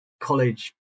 college